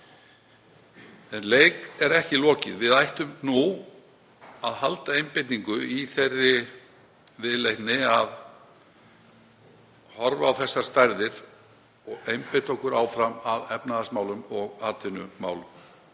En leiknum er ekki lokið. Við ættum nú að halda einbeitingu í þeirri viðleitni að horfa á þessar stærðir og einbeita okkur áfram að efnahagsmálum og atvinnumálum